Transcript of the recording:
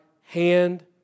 hand